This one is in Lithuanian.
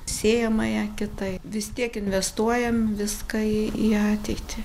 sėjamąją kitą vis tiek investuojam viską į į ateitį